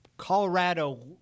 Colorado